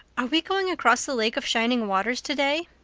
are we going across the lake of shining waters today?